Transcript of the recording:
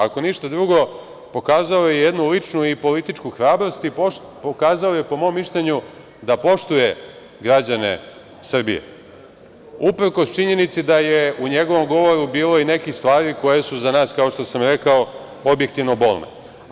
Ako ništa drugo, pokazao je jednu ličnu i političku hrabrost i pokazao je po mom mišljenju da poštuje građane Srbije, uprkos činjenici da je u njegovom govoru bilo i nekih stvari koje su za nas, kao što sam rekao, objektivno bolne.